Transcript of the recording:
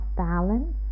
balance